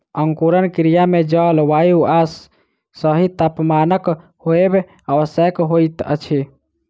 अंकुरण क्रिया मे जल, वायु आ सही तापमानक होयब आवश्यक होइत अछि